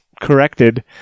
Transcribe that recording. corrected